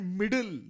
middle